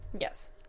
Yes